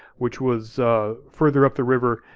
which was further up the river,